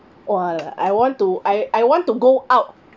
!wah! I want to I I want to go out